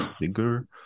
bigger